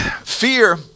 Fear